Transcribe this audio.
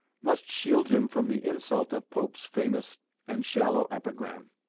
must shield him from the insult of pope's famous and shallow epigram.